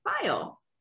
file